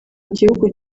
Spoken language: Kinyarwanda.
gihugu